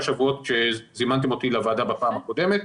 שבועות כשזימנתם אותי לוועדה בפעם הקודמת.